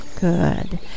Good